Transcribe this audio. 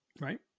Right